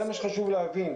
את זה חשוב להבין.